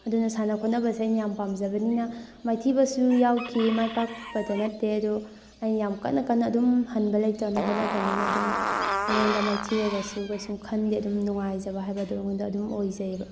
ꯑꯗꯨꯅ ꯁꯥꯟꯅ ꯈꯣꯠꯅꯕꯁꯦ ꯑꯩꯅ ꯌꯥꯝ ꯄꯥꯝꯖꯕꯅꯤꯅ ꯃꯥꯏꯊꯤꯕꯁꯨ ꯌꯥꯎꯈꯤ ꯃꯥꯏ ꯄꯥꯛꯄꯗ ꯅꯠꯇꯦ ꯑꯗꯨ ꯑꯩꯅ ꯌꯥꯝ ꯀꯟꯅ ꯀꯟꯅ ꯑꯗꯨꯝ ꯍꯟꯕ ꯂꯩꯇꯅ ꯍꯣꯠꯅꯕꯅꯤꯅ ꯑꯗꯨꯝ ꯑꯩꯉꯣꯟꯗ ꯃꯥꯏꯊꯤꯔꯒꯁꯨ ꯀꯩꯁꯨꯝ ꯈꯟꯗꯦ ꯑꯗꯨꯝ ꯅꯨꯡꯉꯥꯏꯖꯕ ꯍꯥꯏꯕꯗꯨ ꯑꯩꯉꯣꯟꯗ ꯑꯗꯨꯝ ꯑꯣꯏꯖꯩꯌꯦꯕ